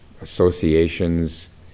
associations